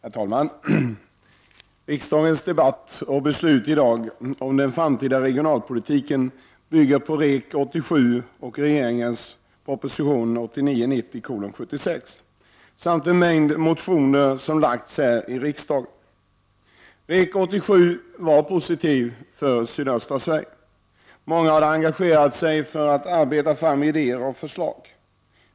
Herr talman! Riksdagens debatt i dag om den framtida regionalpolitiken bygger på REK87 och regeringens proposition 1989/90:76 samt en mängd motioner som väckts här i riksdagen. Många hade engagerat sig för att arbeta fram idéer och förslag.